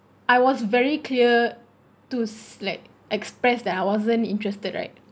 I was very clear to like express that I wasn't interested right